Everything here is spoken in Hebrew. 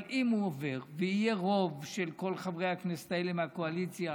אבל אם הוא עובר ויהיה רוב של כל חברי הכנסת האלה מהקואליציה,